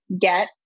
get